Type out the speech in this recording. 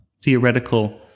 theoretical